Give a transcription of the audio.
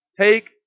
Take